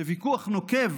בוויכוח נוקב,